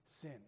sin